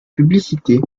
publicité